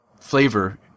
flavor